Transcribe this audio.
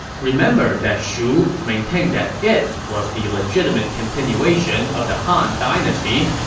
remember that shu maintained that it was the legitimate continuation of the han dynasty,